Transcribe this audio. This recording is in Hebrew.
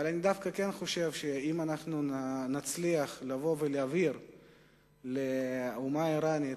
אבל אני דווקא כן חושב שאם אנחנו נצליח לבוא ולהבהיר לאומה האירנית